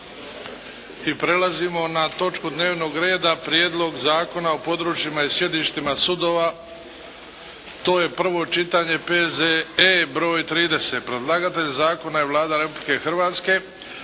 Prelazimo na točku dnevnog reda 7. Prijedlog zakona o područjima i sjedištima sudova, prvo čitanje, P.Z.E. br. 30 Predlagatelj zakona je Vlada Republike Hrvatske.